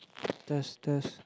test test